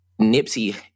Nipsey